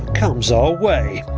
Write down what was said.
comes our way.